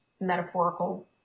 metaphorical